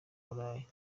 burayi